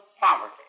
poverty